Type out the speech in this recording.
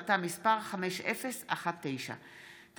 מאת חברת הכנסת שרן מרים השכל,